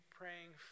praying